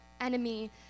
enemy